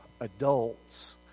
adults